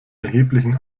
erheblichen